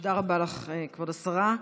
תודה רבה לך, כבוד השרה.